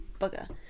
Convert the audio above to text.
Bugger